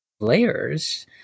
layers